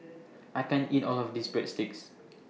I can't eat All of This Breadsticks